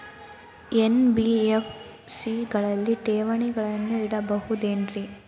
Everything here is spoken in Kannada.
ಎನ್.ಬಿ.ಎಫ್.ಸಿ ಗಳಲ್ಲಿ ಠೇವಣಿಗಳನ್ನು ಇಡಬಹುದೇನ್ರಿ?